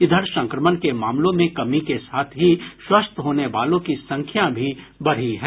इधर संक्रमण के मामलों में कमी के साथ ही स्वस्थ होने वालों की संख्या भी बढ़ी है